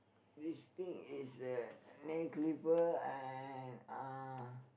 this thing is a nail clipper and uh